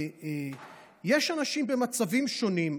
יש אנשים במצבים שונים,